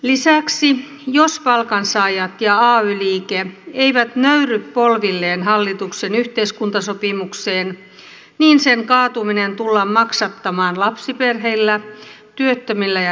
lisäksi jos palkansaajat ja ay liike eivät nöyrry polvilleen hallituksen yhteiskuntasopimukseen sen kaatuminen tullaan maksattamaan lapsiperheillä työttömillä ja eläkeläisillä